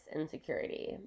insecurity